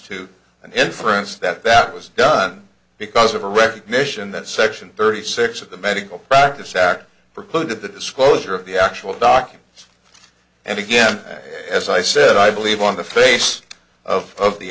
to an inference that that was done because of a recognition that section thirty six of the medical practice act precluded the disclosure of the actual documents and again as i said i believe on the face of